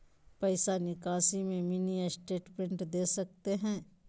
पैसा निकासी में मिनी स्टेटमेंट दे सकते हैं?